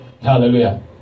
Hallelujah